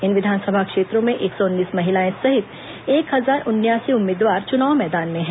इन विधानसभा क्षेत्रों में एक सौ उन्नीस महिलाएं सहित एक हजार उनयासी उम्मीदवार चुनाव मैदान में हैं